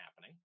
happening